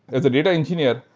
as a data engineer,